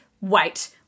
Wait